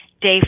Day